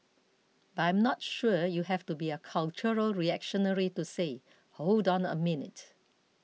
but I am not sure you have to be a cultural reactionary to say hold on a minute